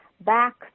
back